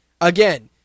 Again